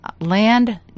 land